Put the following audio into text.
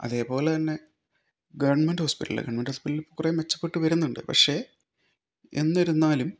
അതേപോലെത്തന്നെ government hospital government hospital ഇപ്പോൾ കുറേ മെച്ചപ്പെട്ട് വരുന്നുണ്ട് പക്ഷേ എന്നിരുന്നാലും